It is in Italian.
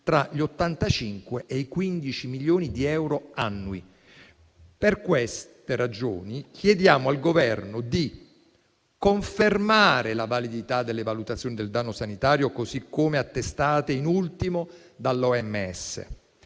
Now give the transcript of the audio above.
tra gli 85 e i 15 milioni di euro annui. Per queste ragioni, chiediamo al Governo di confermare la validità delle valutazioni del danno sanitario, così come attestate, in ultimo, dall'OMS;